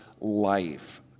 life